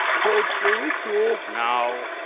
coach, are we cool? no.